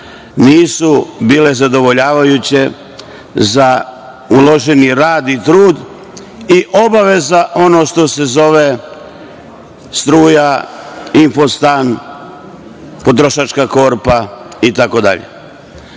nisu bile zadovoljavajuće za uloženi rad i trud i obaveza, ono što se zove struja, infostan, potrošačka korpa